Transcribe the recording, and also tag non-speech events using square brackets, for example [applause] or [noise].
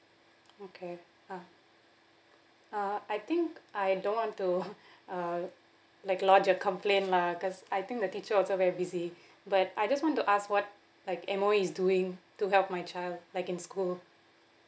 okay ah uh I think I don't want to [laughs] uh like lodge a complain lah cause I think the teacher also very busy but I just want to ask what like M_O_E is doing to help my child like in school